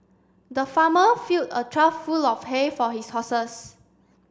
the farmer filled a trough full of hay for his horses